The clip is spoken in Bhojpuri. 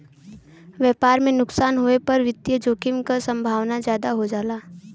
व्यापार में नुकसान होये पर वित्तीय जोखिम क संभावना जादा हो जाला